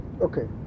Okay